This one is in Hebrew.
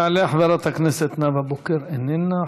תעלה חברת הכנסת נאוה בוקר, איננה.